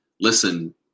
listen